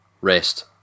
rest